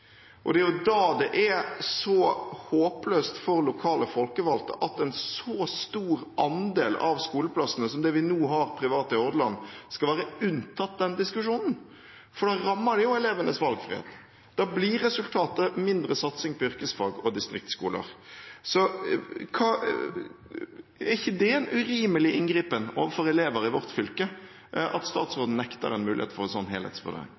for det rammer jo elevenes valgfrihet, da blir resultatet mindre satsing på yrkesfag og distriktsskoler. Er det ikke en urimelig inngripen overfor elever i vårt fylke at statsråden nekter en mulighet for en sånn